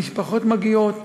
המשפחות מגיעות,